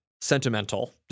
sentimental